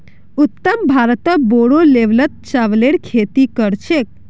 उत्तर भारतत बोरो लेवलत चावलेर खेती कर छेक